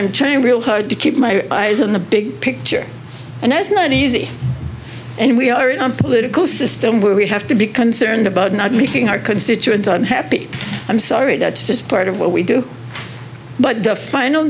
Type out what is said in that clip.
i'm trying real hard to keep my eyes on the big picture and as not easy and we are in our political system where we have to be concerned about not making our constituents unhappy i'm sorry that's just part of what we do but the final